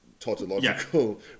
tautological